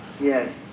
Yes